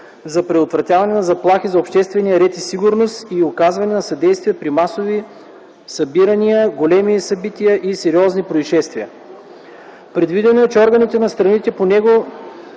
за предотвратяване на заплахи за обществения ред и сигурност, и оказване на съдействие при масови събирания, големи събития и сериозни произшествия. Предвидено е, че органите на страните по него